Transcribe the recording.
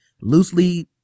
loosely